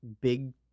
big